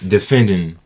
Defending